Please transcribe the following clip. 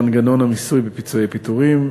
מנגנון המיסוי בפיצויי פיטורים,